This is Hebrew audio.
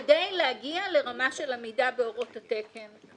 כדי להגיע לרמה של עמידה בהוראות התקן.